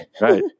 Right